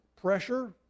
Pressure